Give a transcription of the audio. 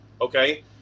Okay